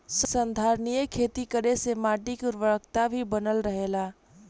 संधारनीय खेती करे से माटी के उर्वरकता भी बनल रहेला